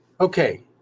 Okay